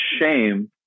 shame